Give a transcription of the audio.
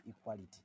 equality